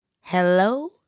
Hello